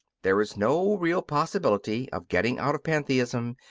there is no real possibility of getting out of pantheism,